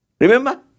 Remember